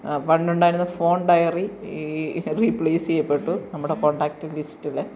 പണ്ടുണ്ടായിരുന്ന phone diary ഈ replace ചെയ്യപ്പെട്ടു നമ്മുടെ കോൺടാക്ട് ലിസ്റ്റിൽ